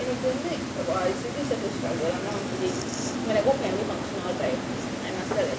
like what